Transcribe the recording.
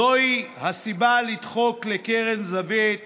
זוהי הסיבה לדחוק לקרן זווית